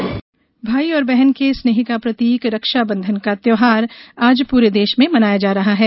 रक्षाबंधन भाई और बहन के स्नेह का प्रतीक रक्षाबंधन का त्यौहार आज प्ररे देश में मनाया जा रहा है